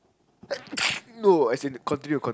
ppl no as in continue continue